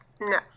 No